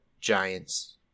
Giants